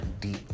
deep